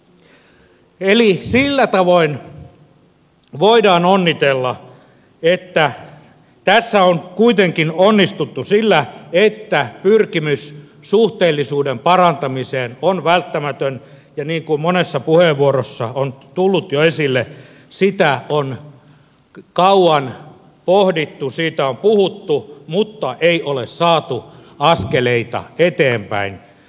eli sillä tavoin voidaan onnitella että tässä on kuitenkin onnistuttu sillä että pyrkimys suhteellisuuden parantamiseen on välttämätön ja niin kuin monessa puheenvuorossa on tullut jo esille sitä on kauan pohdittu siitä on puhuttu mutta ei ole saatu askeleita eteenpäin